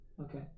Okay